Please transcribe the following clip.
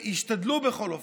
השתדלו בכל אופן,